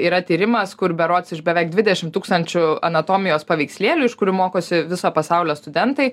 yra tyrimas kur berods iš beveik dvidešim tūkstančių anatomijos paveikslėlių iš kurių mokosi viso pasaulio studentai